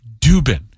Dubin